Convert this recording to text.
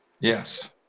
yes